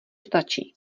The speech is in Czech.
stačí